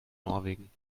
norwegen